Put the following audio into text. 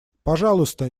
пожалуйста